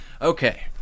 okay